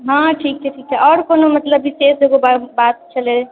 हँ ठीक छै ठीक छै आओर कोनो मतलब विशेष एगो बा बात छलै